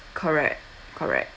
correct correct